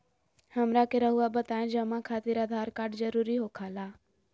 हमरा के रहुआ बताएं जमा खातिर आधार कार्ड जरूरी हो खेला?